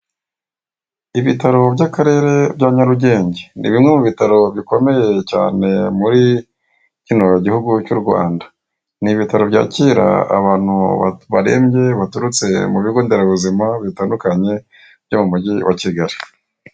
Ibitaro by'Akarere ka Nyarugenge. Ibi ni ibitaro bikomeye cyane, byakira abarwayi baturutse ku bigo nderabuzima bitandukanye byo mu Mujyi wa Kigali.